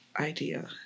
idea